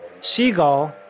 seagull